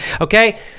okay